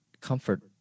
comfort